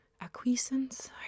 acquiescence